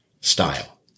style